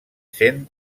sent